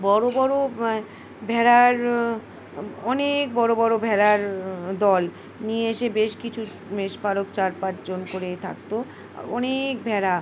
বড়ো বড়ো ভেড়ার অনেক বড়ো বড়ো ভেড়ার দল নিয়ে এসে বেশ কিছু বেশ ফক চার পাঁচজন করে থাকত অনেক ভেড়া